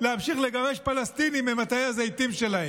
להמשיך לגרש פלסטינים ממטעי הזיתים שלהם.